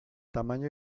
tamaño